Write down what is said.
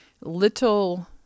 little